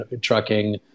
trucking